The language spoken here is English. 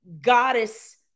Goddess